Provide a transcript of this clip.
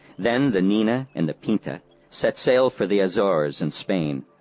then the nina and the pinta set sail for the azores and spain.